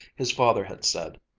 his father had said,